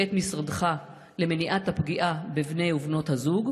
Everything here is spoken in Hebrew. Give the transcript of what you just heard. משרדך למניעת הפגיעה בבני ובנות הזוג?